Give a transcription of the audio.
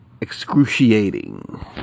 excruciating